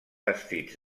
vestits